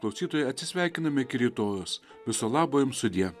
klausytojai atsisveikiname iki rytojaus viso labo jum sudie